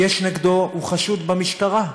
הוא חשוד במשטרה.